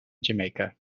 jamaica